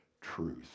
truth